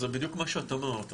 זה בדיוק מה שאת אמרת.